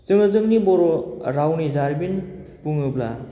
जोङो जोंनि बर' रावनि जारिमिन बुङोब्ला